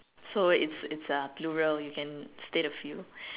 so it's it's a plural you can state a few